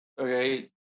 okay